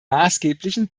maßgeblichen